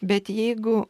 bet jeigu